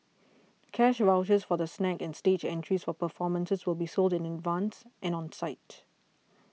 cash vouchers for the snacks and stage entries for performances will be sold in advance and on site